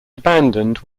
abandoned